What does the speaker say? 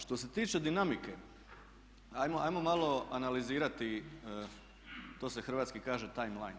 Što se tiče dinamike ajmo malo analizirati, to se hrvatski kaže timeline.